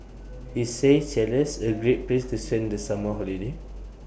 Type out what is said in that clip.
IS Seychelles A Great Place to send The Summer Holiday